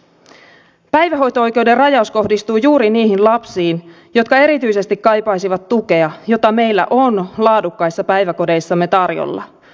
päivähoito oikeuden rajaus kohdistuu juuri niihin lapsiin jotka erityisesti kaipaisivat tukea jota meillä on laadukkaissa päiväkodeissamme tarjolla